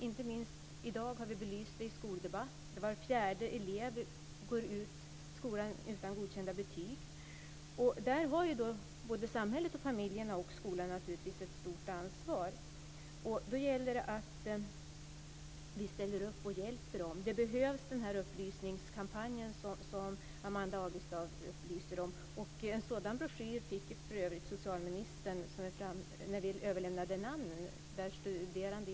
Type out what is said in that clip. Inte minst i dag har frågan belysts i skoldebatten. Var fjärde elev går ut ur skolan utan godkända betyg. Där har både samhället, familjerna och skolan ett stort ansvar. Då gäller det att vi ställer upp och hjälper dem. Upplysningskampanjen som Amanda Agestav nämnde behövs. En sådan broschyr fick socialministern av studerande i Härnösand.